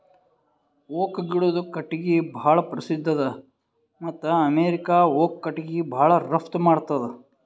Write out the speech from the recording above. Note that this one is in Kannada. ಓಕ್ ಗಿಡದು ಕಟ್ಟಿಗಿ ಭಾಳ್ ಪ್ರಸಿದ್ಧ ಅದ ಮತ್ತ್ ಅಮೇರಿಕಾ ಓಕ್ ಕಟ್ಟಿಗಿ ಭಾಳ್ ರಫ್ತು ಮಾಡ್ತದ್